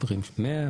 100,